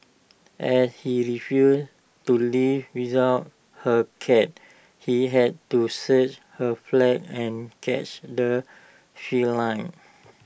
as he refused to leave without her cat he had to search her flat and catch the feline